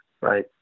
right